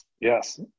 Yes